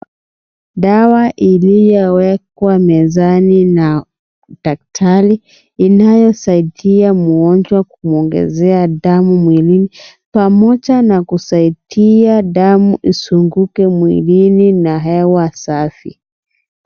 Dawa iliyowekwa mezani na daktari inayosaidia mgonjwa kumwongezea dawa mwilini pamoja na kusaidia damu izunguke mwilini na hewa safi.